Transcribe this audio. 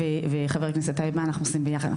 חבר הכנסת טייב, מה אנחנו עושים ביחד?